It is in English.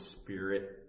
Spirit